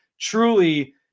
truly –